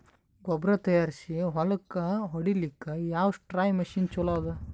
ಗೊಬ್ಬರ ತಯಾರಿಸಿ ಹೊಳ್ಳಕ ಹೊಡೇಲ್ಲಿಕ ಯಾವ ಸ್ಪ್ರಯ್ ಮಷಿನ್ ಚಲೋ ಅದ?